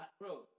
Bro